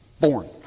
born